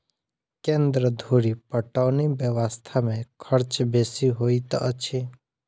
केन्द्र धुरि पटौनी व्यवस्था मे खर्च बेसी होइत अछि